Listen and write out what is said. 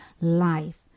life